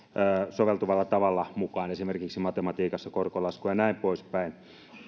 soveltuvalla tavalla mukaan esimerkiksi matematiikassa korkolaskuja ja näin poispäin